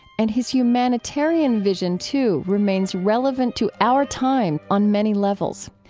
and his humanitarian vision, too, remains relevant to our time on many levels.